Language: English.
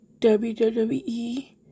WWE